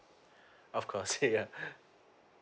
of course yeah